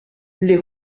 les